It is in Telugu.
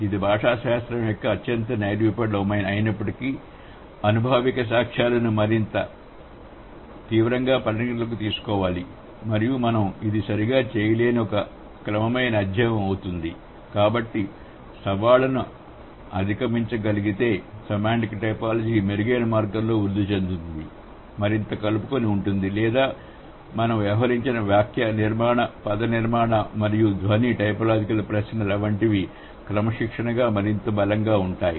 ఇది భాషాశాస్త్రం యొక్క అత్యంత నైరూప్య డొమైన్ అయినప్పటికీ అనుభావిక సాక్ష్యాలను కూడా మరింత తీవ్రంగా పరిగణనలోకి తీసుకోవాలి మరియు మనం ఇది సరిగా చేయగలిగితే ఒక క్రమమైన అధ్యయనం అవుతుంది కాబట్టి సవాళ్లను అధిగమించగలిగితే సెమాంటిక్ టైపోలాజీ మెరుగైన మార్గంలో వృద్ధి చెందుతుంది మరింత కలుపుకొని ఉంటుంది లేదా మనం వ్యవహరించిన వాక్యనిర్మాణ పదనిర్మాణ మరియు ధ్వని టైపోలాజికల్ ప్రశ్నల వంటివి క్రమశిక్షణగా మరింత బలంగా ఉంటుంది